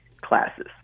classes